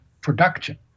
production